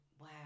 Wow